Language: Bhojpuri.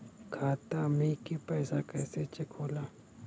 खाता में के पैसा कैसे चेक होला?